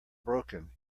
broken